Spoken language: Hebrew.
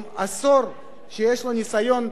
שיש לו ניסיון,